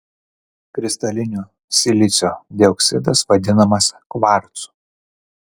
kristalinio silicio dioksidas vadinamas kvarcu